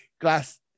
glass